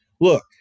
look